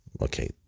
okay